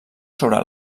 sobre